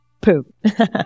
Poop